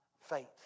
faith